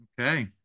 Okay